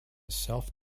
self